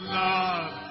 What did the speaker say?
love